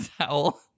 towel